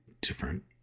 different